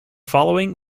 following